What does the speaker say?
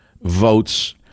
votes